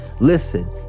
Listen